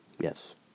Yes